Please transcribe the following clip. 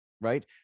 Right